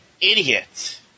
idiot